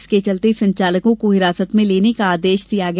इसके चलते संचालकों को हिरासत में लेने का आदेश दिया गया